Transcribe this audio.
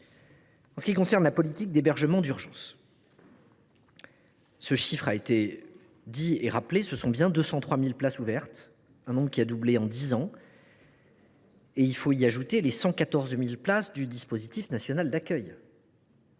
En ce qui concerne la politique d’hébergement d’urgence, cela a été rappelé, il y a bien 203 000 places ouvertes, un nombre qui a doublé en dix ans et auxquelles il faut ajouter les 114 000 places du dispositif national d’accueil.